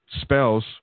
spells